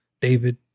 David